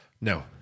No